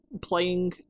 playing